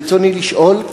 רצוני לשאול: